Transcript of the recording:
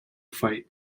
fight